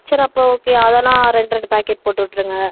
சரி அப்போ ஓகே அதலாம் ரெண்டு ரெண்டு பேக்கெட் போட்டு விட்ருங்க